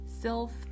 self